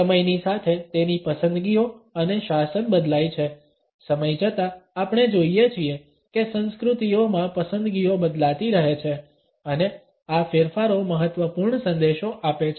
સમયની સાથે તેની પસંદગીઓ અને શાસન બદલાય છે સમય જતા આપણે જોઇએ છીએ કે સંસ્કૃતિઓમાં પસંદગીઓ બદલાતી રહે છે અને આ ફેરફારો મહત્વપૂર્ણ સંદેશો આપે છે